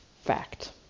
fact